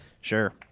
Sure